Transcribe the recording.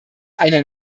einer